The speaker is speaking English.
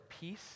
peace